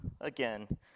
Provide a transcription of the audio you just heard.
again